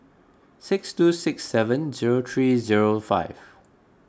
six two six seven zero three zero five